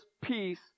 peace